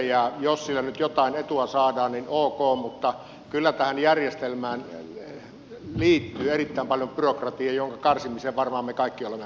jos siinä nyt jotain etua saadaan niin ok mutta kyllä tähän järjestelmään liittyy erittäin paljon byrokratiaa jonka karsimiseen varmaan me kaikki olemme valmiita